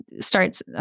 starts